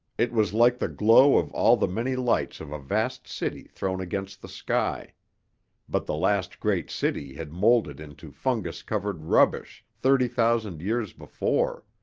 it was like the glow of all the many lights of a vast city thrown against the sky but the last great city had moulded into fungus-covered rubbish thirty thousand years before.